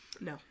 no